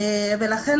לכן,